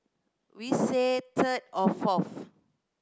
we say third or fourth